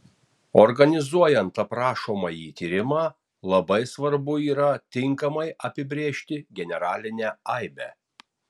organizuojant aprašomąjį tyrimą labai svarbu yra tinkamai apibrėžti generalinę aibę